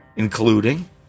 including